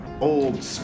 old